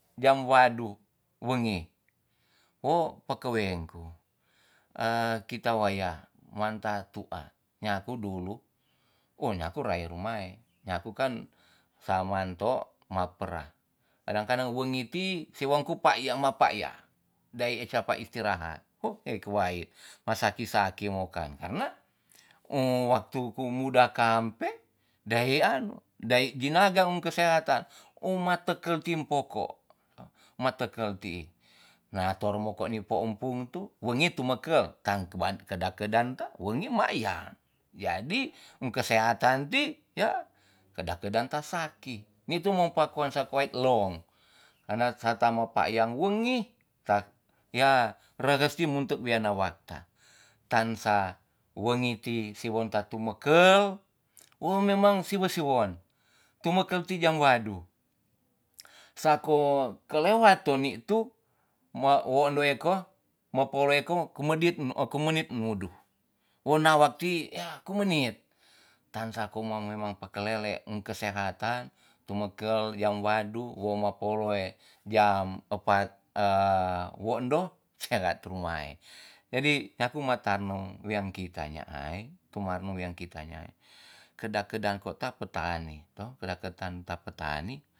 Jambu adu wengi wo pakeweng ku kita waya manta tua nyaku dulu o nyaku nyae rumae. nyaku kan saman to mapera kanang kanang wengi ti sewang kupa ia ma paya dai eca pa istirahat ho we kewae ma saki saki mokan karna ung waktu kumuda kampe dai anu dai ginagang kesehatan uma tekel timpoko ma tekel tii na toru moko ni poum pung tu wengi tumeker kang kuan keda kedan te wengi mai ya jadi ung kesehatan ti ya keda kedan ta saki nitu ma koan sa koait long kana sata mapayang wengi kak ya reges ti muntu wiana wata tansa wengi ti siwonta tumekel wo memang sowo siwon tumekel ti jang wadu sako kelewat to ni tu ma wondo eko mapolo eko kumedit me kumenit mudu wo nawa ti ya kumenit tansa koman memang pakalele ung kesehatan tumekel yang wadu wo mapolo e jam epat e wondo cerat rumae jadi nyaku ma tanum wiang kita nyaai kemaren wiang kita yaai kedan kedang kota petani to keda ketan ta petani